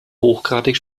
hochgradig